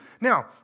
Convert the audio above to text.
Now